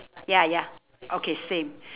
ya ya okay same